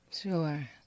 Sure